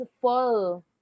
full